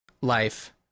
life